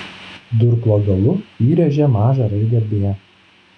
durklo galu įrėžė mažą raidę b